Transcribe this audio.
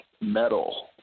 metal